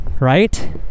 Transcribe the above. right